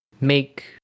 make